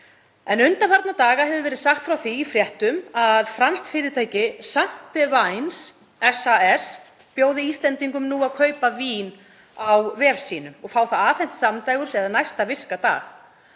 Undanfarna daga hefur verið sagt frá því í fréttum að franskt fyrirtæki, Santewines SAS, bjóði Íslendingum nú að kaupa vín á vef sínum og fá það afhent samdægurs eða næsta virka dag.